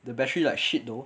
the battery like shit though